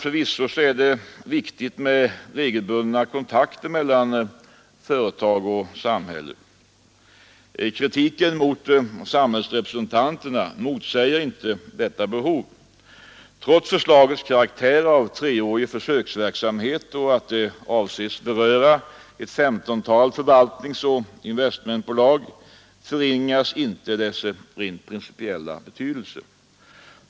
Förvisso är det viktigt med regelbundna kontakter mellan företag och samhälle. Kritiken mot samhällsrepresentanterna motsäger inte detta behov. Trots förslagets karaktär av treårig försöksverksamhet, och att det avses beröra ett femtontal förvaltningsoch investmentbolag, förringas inte dess rent principiella betydelse.